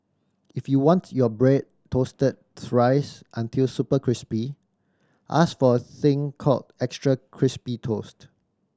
if you want your bread toasted thrice until super crispy ask for a thing called extra crispy toast